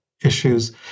issues